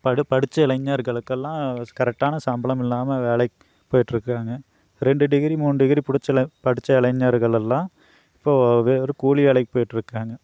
படி படித்த இளைஞர்களுக்கெல்லாம் கரெக்டான சம்பளம் இல்லாமல் வேலைக்குப் போயிட்டிருக்காங்க ரெண்டு டிகிரி மூணு டிகிரி முடித்த படித்த இளைஞர்களெல்லாம் இப்போது வெறும் கூலி வேலைக்குப் போயிட்டிருக்காங்க